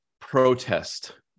protest